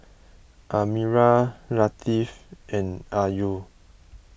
Amirah Latif and Ayu